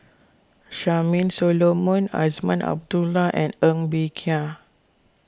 Charmaine Solomon Azman Abdullah and Ng Bee Kia